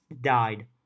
died